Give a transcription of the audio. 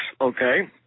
okay